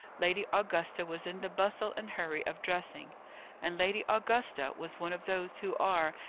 lady augusta was in the bustle and hurry of dressing and lady augusta was one of those who are,